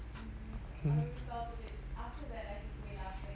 hmm